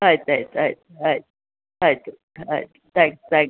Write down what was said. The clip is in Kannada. ಆಯ್ತು ಆಯ್ತು ಆಯ್ತು ಆಯ್ತು ಆಯಿತು ಆಯಿತು ತ್ಯಾಂಕ್ಸ್ ತ್ಯಾಂಕ್ಸ್